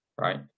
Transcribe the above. right